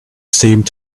seemed